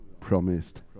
promised